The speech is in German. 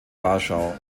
warschau